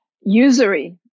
usury